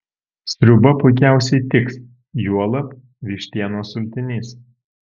sriuba puikiausiai tiks juolab vištienos sultinys